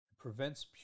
prevents